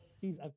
please